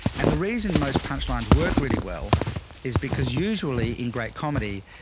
and the reason most punchlines work really well is because usually in great comedy,